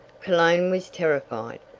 cologne was terrified,